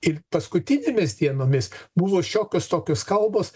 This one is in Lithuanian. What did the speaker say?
ir paskutinėmis dienomis buvo šiokios tokios kalbos